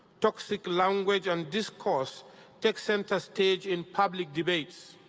toxic language and discourse take center stage in public debates,